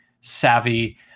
savvy